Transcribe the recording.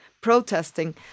protesting